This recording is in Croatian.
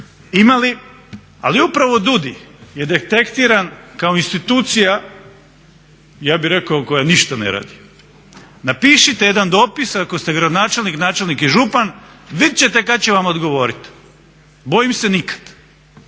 imali, ali upravo DUUDI je detektiran kao institucija ja bih rekao koja ništa ne radi. Napišite jedan dopis, ako ste gradonačelnik, načelnik i župan i vidjet ćete kad će vam odgovoriti. Bojim se nikad.